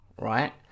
right